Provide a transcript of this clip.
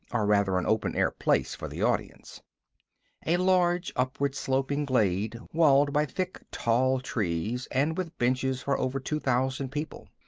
or rather an open-air place for the audience a large upward-sloping glade walled by thick tall trees and with benches for over two thousand people.